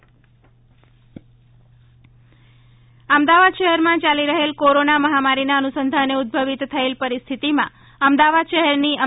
oxygen Ahmedabad શહેરમાં ચાલી રહેલ કોરોના મહામારીના અનુસંધાને ઉદભવીત થયેલ પરિસ્થિતિમાં અમદાવાદ શહેરની અ